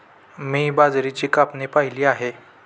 मी बाजरीची कापणी पाहिली आहे